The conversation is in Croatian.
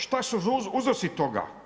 Šta su uzroci toga?